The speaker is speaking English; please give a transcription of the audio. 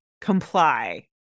comply